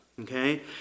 okay